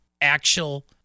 actual